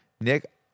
Nick